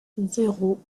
zéro